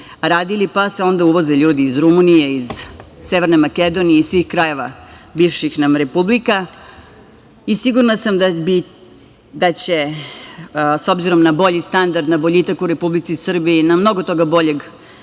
radili, pa se onda uvoze ljudi iz Rumunije, iz Severne Makedonije, iz svih krajeva bivših nam republika. Sigurna sam da će, s obzirom na bolji standard, na boljitak u Republici Srbiji, na mnogo toga boljeg